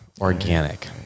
organic